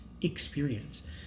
experience